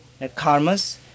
karmas